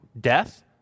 Death